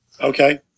Okay